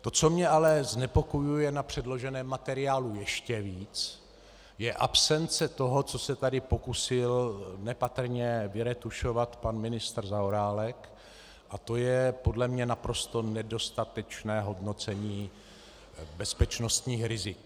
To, co mě ale znepokojuje na předloženém materiálu ještě víc, je absence toho, co se tady pokusil nepatrně vyretušovat pan ministr Zaorálek, a to je podle mě naprosto nedostatečné hodnocení bezpečnostních rizik.